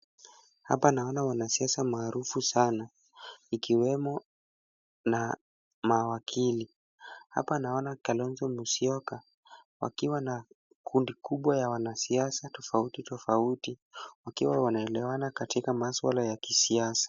Hapa naona wanasiasa maarufu sana ikiwemo na mawakili. Hapa naona Kalonzo Musyoka, wakiwa na kundi kubwa ya wanasiasa tofauti tofauti, wakiwa wanaelewana katika masuala ya kisiasa.